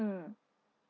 mm